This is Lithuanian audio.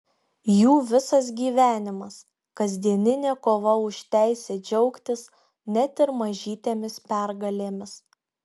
jų visas gyvenimas kasdieninė kova už teisę džiaugtis net ir mažytėmis pergalėmis